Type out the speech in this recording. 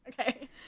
okay